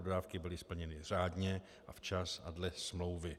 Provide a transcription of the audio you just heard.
Dodávky byly splněny řádně, včas a dle smlouvy.